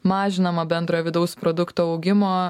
mažinama bendrojo vidaus produkto augimo